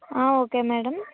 okay madam